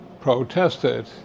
protested